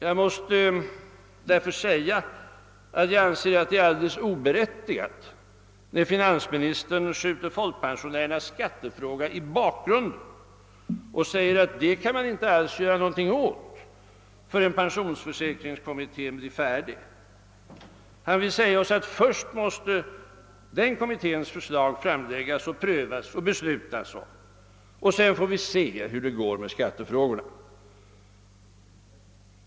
Jag anser det därför alldeles oberättigat när finansministern skjuter folkpensionärernas skattefråga i bakgrunden och menar att man inte alls kan göra någonting åt saken förrän pensionsförsäkringskommittén blir färdig. Han vill säga oss att först måste denna kommittés förslag framläggas, prövas och beslutas om och sedan får vi se hur det går med skattefrågorna.